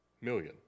million